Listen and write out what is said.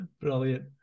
Brilliant